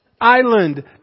Island